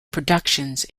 productions